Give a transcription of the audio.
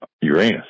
Uranus